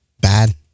bad